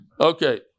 okay